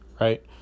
right